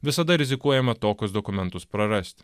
visada rizikuojama tokius dokumentus prarasti